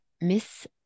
Miss